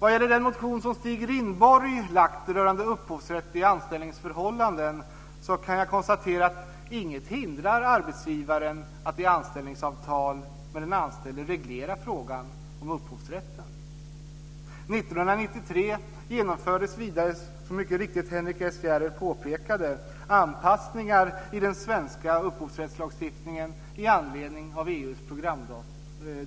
Vad gäller den motion som Stig Rindborg väckt rörande upphovsrätt i anställningsförhållanden så kan jag konstatera att inget hindrar arbetsgivaren att i anställningsavtal med den anställde reglera frågan om upphovsrätten. 1993 genomfördes vidare, som Henrik S Järrel så riktigt påpekade, anpassningar i den svenska upphovsrättslagstiftningen i anledning av EU:s